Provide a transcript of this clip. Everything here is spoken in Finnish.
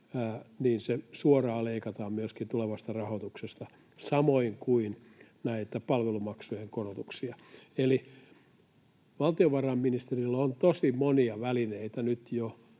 suoraan leikataan myöskin tulevasta rahoituksesta, samoin kuin näitä palvelumaksujen korotuksia. Eli valtiovarainministeriöllä on tosi monia välineitä jo